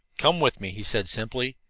come with me, he said simply,